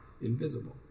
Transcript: invisible